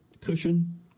cushion